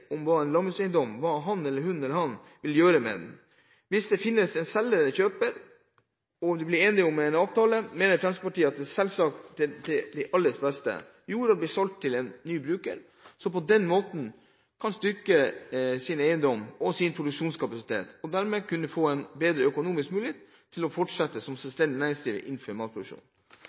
om en avtale, mener Fremskrittspartiet at det selvsagt er til alles beste. Jorda blir solgt til en ny bruker som på den måten kan styrke sin eiendom og sin produksjonskapasitet og dermed kan få en bedre økonomisk mulighet til å fortsette som selvstendig næringsdrivende innenfor matproduksjon.